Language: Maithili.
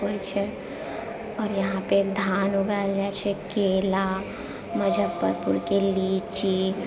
होइ छै आओर यहाँपे धान उगाल जाइ छै केला मुज्जफ्फरपुरके लीची